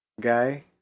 Guy